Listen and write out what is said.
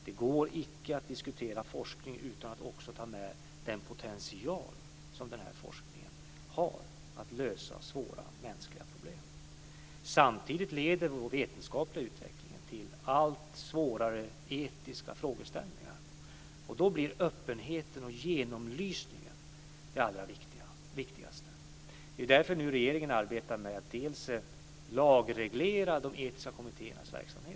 Det går icke att diskutera forskning utan att också ta med den potential som denna forskning har när det gäller att lösa svåra mänskliga problem. Samtidigt leder den vetenskapliga utvecklingen till allt svårare etiska frågeställningar. Då blir öppenheten och genomlysningen det allra viktigaste. Det är därför regeringen nu arbetar med att lagreglera de etiska kommittéernas verksamhet.